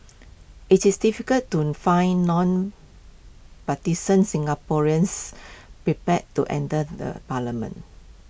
IT is difficult to find non partisan Singaporeans prepared to enter the parliament